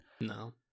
no